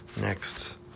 Next